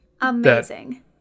Amazing